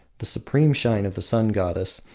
the supreme shrine of the sun-goddess,